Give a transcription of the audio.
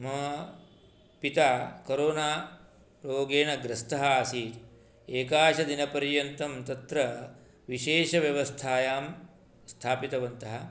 मम पिता कोरोना रोगेण ग्रस्तः आसीत् एकादशदिनपर्यन्तम् तत्र विशेषव्यवस्थायां स्थापितवन्तः